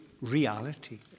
reality